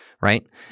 Right